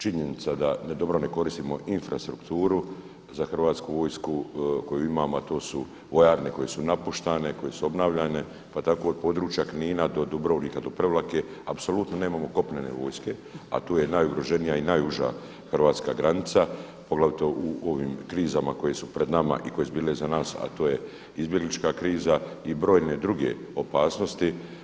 Činjenica da dobro ne koristimo infrastrukturu za Hrvatsku vojsku koju imamo a to su vojarne koje su napuštene, koje su obnavljane, pa tako od područja Knina do Dubrovnika, do Prevlake apsolutno nemamo kopnene vojske a to je najugroženija i najuža Hrvatska granica poglavito u ovim krizama koje su pred nama i koje su bile iza nas a to je izbjeglička kriza i brojne druge opasnosti.